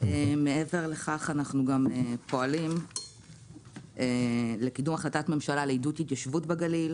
מעבר לכך אנחנו גם פועלים לקידום החלטת ממשלה לעידוד התיישבות בגליל,